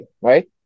right